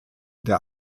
der